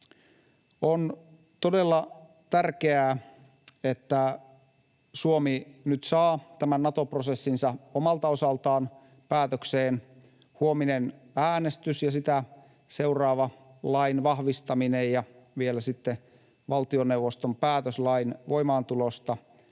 On todella tärkeää, että Suomi nyt saa tämän Nato-prosessinsa omalta osaltaan päätökseen. Huominen äänestys ja sitä seuraava lain vahvistaminen ja vielä sitten valtioneuvoston päätös lain voimaantulosta